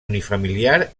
unifamiliar